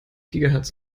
gigahertz